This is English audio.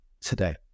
today